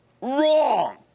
wrong